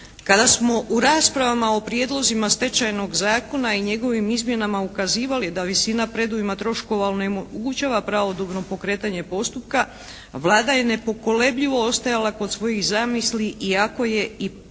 kada smo u raspravama o prijedlozima Stečajnog zakona i njegovim izmjenama ukazivali da visina predujma onemogućava pravodobno pokretanje postupka, Vlada je nepokolebljivo ostajala kod svojih zamisli iako je i proračun